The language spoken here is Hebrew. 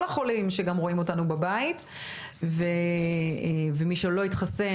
החולים שגם רואים אותנו בבית ומי שלא התחסן,